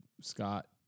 Scott